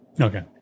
Okay